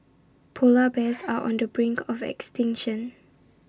Polar Bears are on the brink of extinction